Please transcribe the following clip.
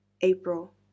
april